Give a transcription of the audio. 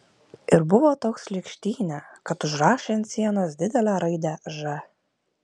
ir buvo toks šlykštynė kad užrašė ant sienos didelę raidę ž